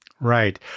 Right